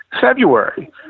February